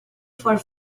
for